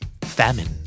famine